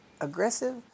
aggressive